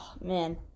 Man